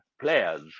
players